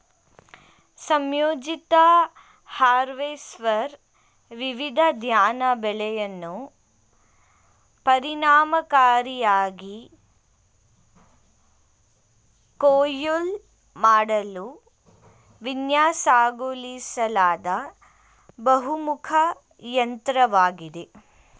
ಸಂಯೋಜಿತ ಹಾರ್ವೆಸ್ಟರ್ ವಿವಿಧ ಧಾನ್ಯ ಬೆಳೆಯನ್ನು ಪರಿಣಾಮಕಾರಿಯಾಗಿ ಕೊಯ್ಲು ಮಾಡಲು ವಿನ್ಯಾಸಗೊಳಿಸಲಾದ ಬಹುಮುಖ ಯಂತ್ರವಾಗಿದೆ